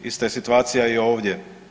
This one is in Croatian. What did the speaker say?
Ista je situacija i ovdje.